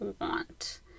want